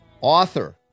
author